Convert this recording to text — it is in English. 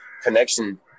connection